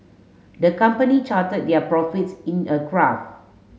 the company charted their profits in a graph